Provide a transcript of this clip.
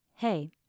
Hey